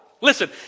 Listen